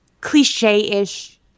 cliche-ish